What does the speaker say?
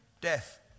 death